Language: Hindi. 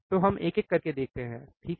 तो हम एक एक करके देखते हैं ठीक है